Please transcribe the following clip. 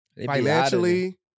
Financially